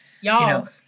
y'all